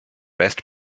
best